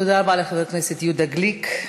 תודה רבה לחבר הכנסת יהודה גליק.